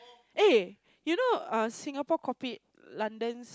eh you know uh Singapore copied London's